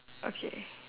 okay